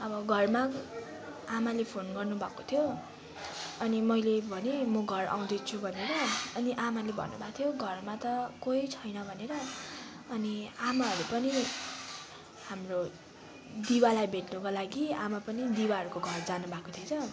अब घरमा आमाले फोन गर्नु भएको थियो अनि मैले भनेँ म घर आउँदैछु भनेर अनि आमाले भन्नु भएको थियो घरमा त कोही छैन भनेर अनि अनि आमाहरू पनि हाम्रो दिवालाई भेट्नुको लागि आमा पनि दिवाहरूको घर जानुभएको थिएछ